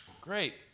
Great